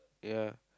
ya